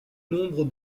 nombre